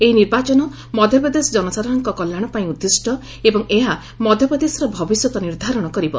ଏହି ନିର୍ବାଚନ ମଧ୍ୟପ୍ରଦେଶ ଜନସାଧାରଣଙ୍କ କଲ୍ୟାଣ ପାଇଁ ଉଦ୍ଦିଷ୍ଟ ଏବଂ ଏହା ମଧ୍ୟପ୍ରଦେଶର ଭବିଷ୍ୟତ ନିର୍ଦ୍ଧାରଣ କରିବ